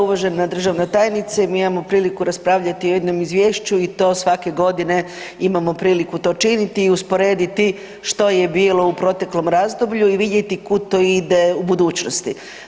Uvažena državna tajnice, mi imamo priliku raspravljati o jednom izvješću i to svake godine imamo priliku to činiti i usporediti što je bilo u proteklom razdoblju i vidjeti kud to ide u budućnosti.